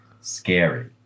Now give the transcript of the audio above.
scary